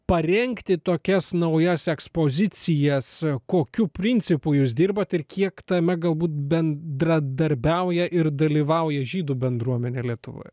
parengti tokias naujas ekspozicijas kokiu principu jūs dirbate ir kiek tame galbūt bendradarbiauja ir dalyvauja žydų bendruomenė lietuvoje